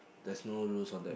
there's no rules all that